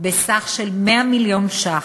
בסך של 100 מיליון ש"ח.